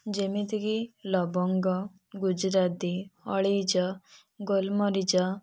ଯେମିତିକି ଲବଙ୍ଗ ଗୁଜୁରାତି ଅଳେଇଚ ଗୋଲମରିଚ